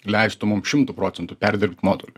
leistų mum šimtu procentų perdirbt modulį